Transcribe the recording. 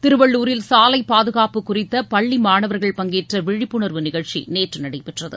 திருவள்ளுரில் சாலை பாதுகாப்பு குறித்த பள்ளி மாணவர்கள் பங்கேற்ற விழிப்புணர்வு நிகழ்ச்சி நேற்று நடைபெற்றது